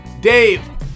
Dave